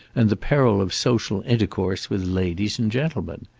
and the peril of social intercourse with ladies and gentlemen.